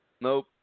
Nope